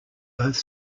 both